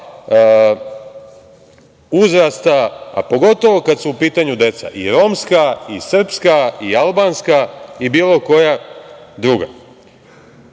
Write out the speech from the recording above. uzrasta, a pogotovo kad su u pitanju deca, i romska i srpska, i albanska i bilo koja druga. Onda